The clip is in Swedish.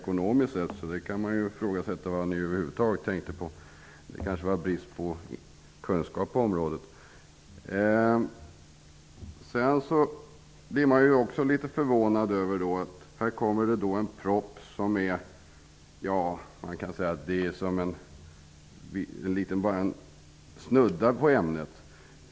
Man kan därför ifrågasätta vad ni över huvud taget tänkte på när ni gjorde ert ställningstagande. Det kanske berodde på brist på kunskap på området? Man blir också litet förvånad över att det kommer en proposition som bara snuddar vid ämnet.